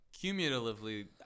cumulatively